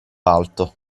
alto